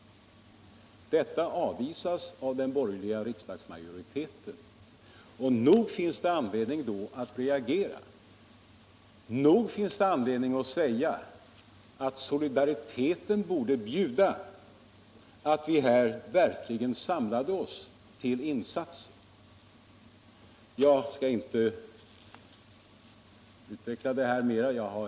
Detta avvisas av den borgerliga riksdagsmajoriteten. Nog finns det anledning att då reagera. Nog finns det anledning att säga att solidariteten borde bjuda att vi här verkligen samlade oss till insatser. Jag skall inte utveckla detta mera.